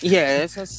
Yes